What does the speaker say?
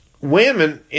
Women